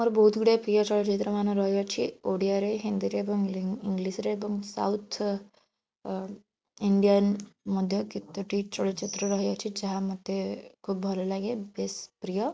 ମୋର ବହୁତ ଗୁଡ଼ିଏ ପ୍ରିୟ ଚଳଚ୍ଚିତ୍ର ମାନ ରହିଅଛି ଓଡ଼ିଆରେ ହିନ୍ଦୀରେ ଏବଂ ଇଂଲିଶରେ ଏବଂ ସାଉଥ୍ ଇଣ୍ଡିଆନ୍ ମଧ୍ୟ କେତୋଟି ଚଳଚ୍ଚିତ୍ର ରହିଅଛି ଯାହା ମୋତେ ଖୁବ ଭଲ ଲାଗେ ବେଶ ପ୍ରିୟ